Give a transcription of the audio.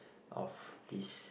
of this